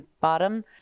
bottom